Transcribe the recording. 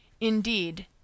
Indeed